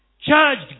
Charged